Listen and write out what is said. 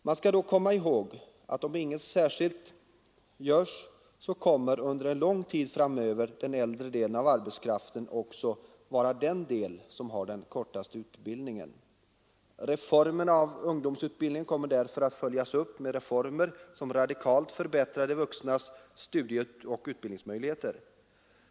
Man skall då komma ihåg att om inget särskilt görs kommer under lång tid framöver den äldre delen av arbetskraften också att vara den del som har kortaste utbildningen. Reformerna av ungdomsutbildningen kommer därför att följas upp med reformer, som radikalt förbättrar de vuxnas studieoch utbildningsmöjligheter.